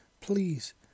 please